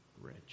rich